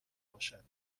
باشد